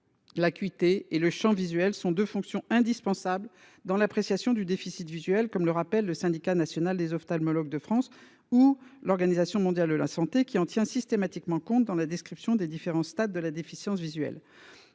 l’acuité et le champ visuels sont deux fonctions indispensables dans l’appréciation du déficit visuel, comme le rappellent le Syndicat national des ophtalmologues de France (Snof) ou l’Organisation mondiale de la santé (OMS), qui en tient systématiquement compte dans la description des différents stades de la déficience visuelle.